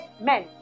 men